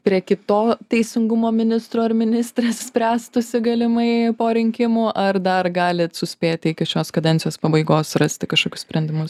prie kito teisingumo ministro ar ministrės spręstųsi galimai po rinkimų ar dar galit suspėti iki šios kadencijos pabaigos rasti kažkokius sprendimus